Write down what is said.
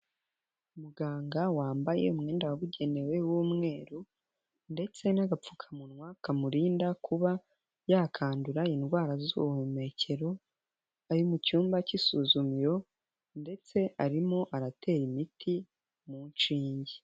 Umuganga wambaye umwenda wabugenewe w'umweru ndetse n'agapfukamunwa kamurinda kuba, yakandura indwara z'ubuhumekero, ari mu cyumba cy'isuzumiro ndetse arimo aratera imiti mu nshinge.